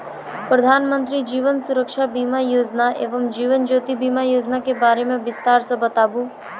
प्रधान मंत्री जीवन सुरक्षा बीमा योजना एवं जीवन ज्योति बीमा योजना के बारे मे बिसतार से बताबू?